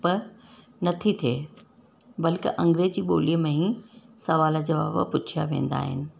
प नथी थिए बल्कि अंग्रेजी ॿोलीअ में ई सुवाल जवाब पुछिया वेंदा आहिनि